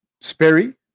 Sperry